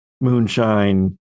Moonshine